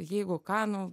jeigu ką nu